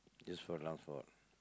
yes for transport